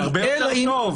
אלא אם --- זה הרבה יותר טוב.